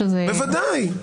בוודאי.